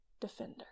defender